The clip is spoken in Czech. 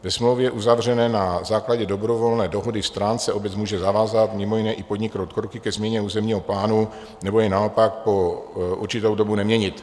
Ve smlouvě uzavřené na základě dobrovolné dohody stran se obec může zavázat, mimo jiné i podniknout kroky ke změně územního plánu, nebo jej naopak po určitou dobu neměnit.